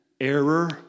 error